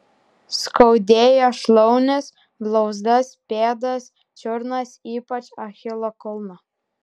skaudėjo šlaunis blauzdas pėdas čiurnas ypač achilo kulną